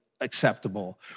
acceptable